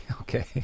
Okay